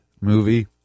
movie